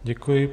Děkuji.